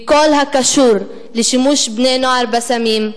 בכל הקשור לשימוש בני-נוער בסמים,